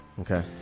Okay